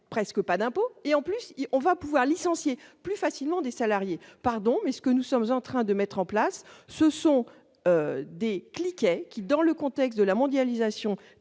presque pas d'impôts et en plus, on va pouvoir licencier plus facilement des salariés, pardon, mais ce que nous sommes en train de mettre en place, ce sont des clés qui est qui dans le contexte de la mondialisation